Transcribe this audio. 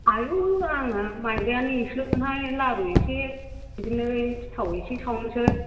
आयौ आंना माइब्रायानो एसेल'हाय लारु एसे बिदिनो सिथाव एसे सावनोसै